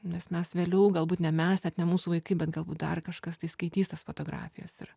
nes mes vėliau galbūt ne mes net ne mūsų vaikai bet galbūt dar kažkas tai skaitys tas fotografijas ir